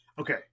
Okay